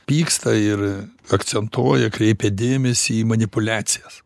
pyksta ir akcentuoja kreipia dėmesį į manipuliacijas